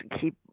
keep